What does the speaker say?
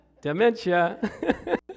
Dementia